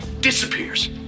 disappears